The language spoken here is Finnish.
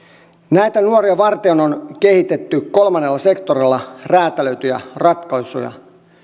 näitä nuoria varten on kehitetty kolmannella sektorilla räätälöityjä ratkaisuja